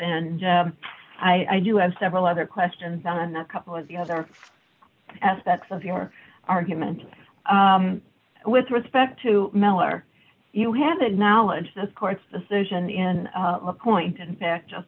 and i do have several other questions on a couple of the other aspects of your argument with respect to miller you have that knowledge this court's decision in point in fact